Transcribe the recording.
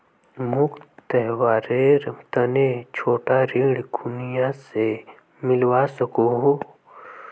मोक त्योहारेर तने छोटा ऋण कुनियाँ से मिलवा सको हो?